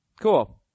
Cool